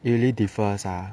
it really differs ah